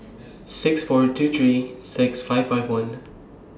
six four two three six five five one